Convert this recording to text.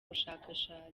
bushakashatsi